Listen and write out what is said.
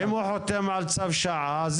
אם הוא חותם על צו שעה,